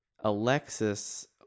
Alexis